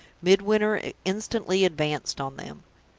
midwinter instantly advanced on them.